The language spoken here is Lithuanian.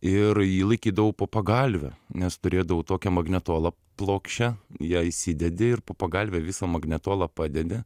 ir jį laikydavau po pagalve nes turėdavau tokią magnetolą plokščią ją įsidedi ir po pagalve visą magnetolą padedi